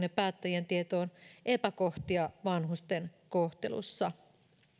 ja päättäjien tietoon epäkohtia vanhusten kohtelussa